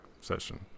session